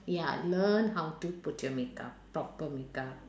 ya learn how to put your makeup proper makeup